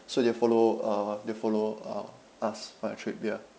so they'll follow uh they'll follow uh us for the trip ya